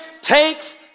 takes